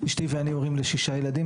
אשתי ואני הורים לשישה ילדים,